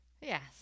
Yes